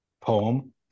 poem